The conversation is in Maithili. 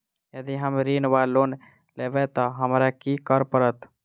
यदि हम ऋण वा लोन लेबै तऽ हमरा की करऽ पड़त?